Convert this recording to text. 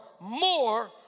more